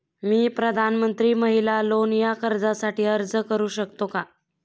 मी प्रधानमंत्री महिला लोन या कर्जासाठी अर्ज करू शकतो का?